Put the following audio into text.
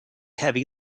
heavy